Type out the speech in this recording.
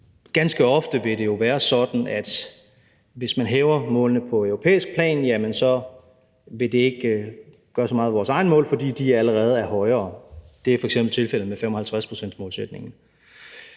ganske ofte vil være sådan, at det, hvis man hæver målene på europæisk plan, så ikke vil gøre så meget ved vores egne mål, fordi de allerede er højere. Det er f.eks. tilfældet med 55-procentsmålsætningen.